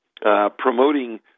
promoting